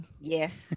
Yes